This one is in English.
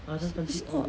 it's it's not